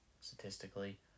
statistically